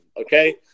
Okay